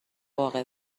باغ